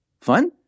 fun